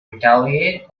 retaliate